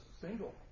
single